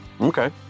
Okay